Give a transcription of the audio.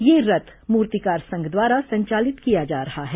यह रथ मूर्तिकार संघ द्वारा संचालित किया जा रहा है